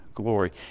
glory